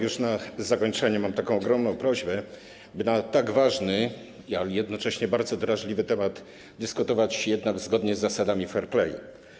Już na zakończenie mam taką ogromną prośbę, by na tak ważny, a jednocześnie bardzo drażliwy temat dyskutować jednak zgodnie z zasadami fair play.